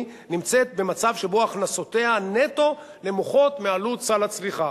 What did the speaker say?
נמצאת במצב שבו הכנסותיה נטו נמוכות מעלות סל הצריכה.